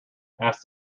asked